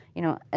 you know, ah